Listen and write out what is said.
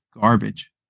garbage